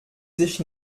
sich